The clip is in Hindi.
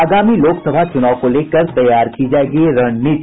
आगामी लोकसभा चुनाव को लेकर तैयार की जायेगी रणनीति